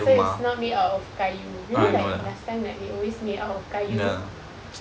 so it's not made up of kayu you know like last time like they always made up of kayu